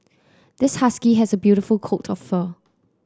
this husky has a beautiful coat of fur